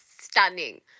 stunning